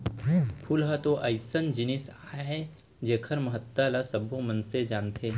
फूल ह तो अइसन जिनिस अय जेकर महत्ता ल सबो मनसे जानथें